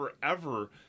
forever